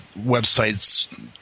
websites